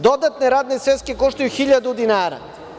Dodatne radne sveske koštaju hiljadu dinara.